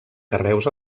carreus